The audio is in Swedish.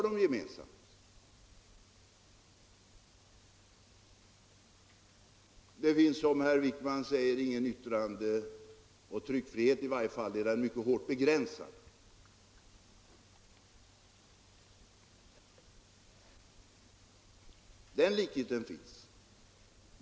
Där finns som herr Wijkman säger ingen yttrandeeller tryckfrihet, i varje fall är den mycket hårt begränsad. Ja, detta har de gemensamt.